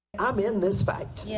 i'm in this fight. yeah